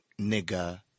Nigger